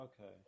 Okay